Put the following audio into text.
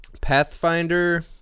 Pathfinder